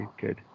Good